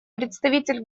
представитель